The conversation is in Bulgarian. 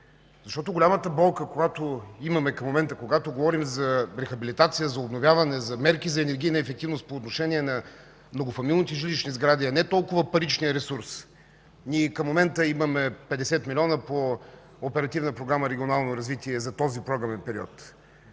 към момента, когато говорим за рехабилитация, за обновяване, за мерки за енергийна ефективност по отношение на многофамилните жилищни сгради, е не толкова паричният ресурс. Ние и към момента имаме 50 милиона по Оперативна програма